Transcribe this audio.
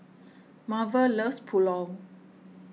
Marvel loves Pulao